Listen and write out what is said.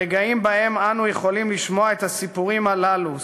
הרגעים שבהם אנו יכולים לשמוע את הסיפורים הללו,